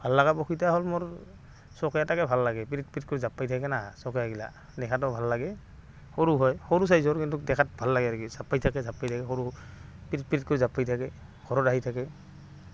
ভাল লগা পক্ষী এটা হ'ল মোৰ চকেইকেইটাকে ভাল লাগে পিৰিত পিৰিতকৰি জাঁপ মাৰি থাকে না চকেইগিলা দেখাতো ভাল লাগে সৰু হয় সৰু চাইজৰ কিন্তু দেখাত ভাল লাগে আৰু কি জাঁপপাই থাকে জাঁপপাই থাকে সৰু পিৰিত পিৰিতকৈ জাঁপপাই থাকে ঘৰত আহি থাকে